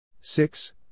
Six